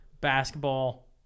basketball